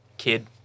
Kid